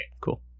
cool